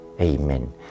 Amen